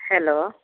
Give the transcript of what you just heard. hello